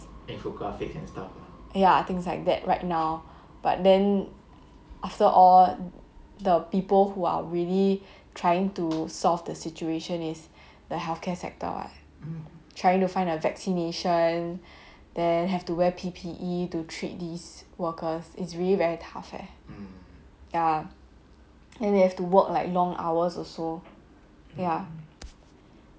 ya things like that right now but then after all the people who are really trying to solve the situation is the healthcare sector what trying to find a vaccination then have to wear P_P_E to treat these workers is really very tough eh ya and they have to work like long hours also ya